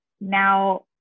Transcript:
now